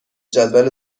جدول